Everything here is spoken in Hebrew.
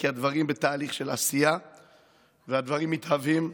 כי הדברים בתהליך של עשייה והדברים מתהווים.